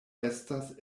estas